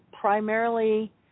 primarily